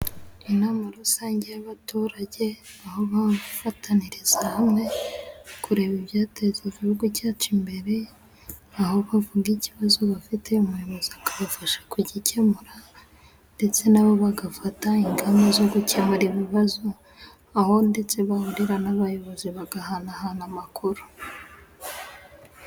Inama rusange y'abaturage aho bafataniriza hamwe kureba ibyateza Igihugu cyacu imbere, aho bavuga ikibazo bafite umuyobozi akabafasha kugikemura, ndetse nabo bagafata ingamba zo gukemura ibibazo, aho ndetse bahurira n'abayobozi bagahanahana amakuru.